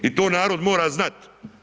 I to narod mora znat.